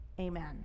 amen